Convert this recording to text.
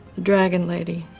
dragon lady,